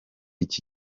iki